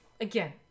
again